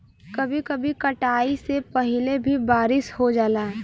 कभी कभी कटाई से पहिले भी बारिस हो जाला